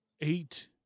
eight